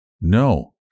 No